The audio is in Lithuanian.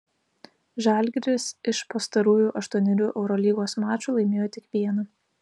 žalgiris iš pastarųjų aštuonerių eurolygos mačų laimėjo tik vieną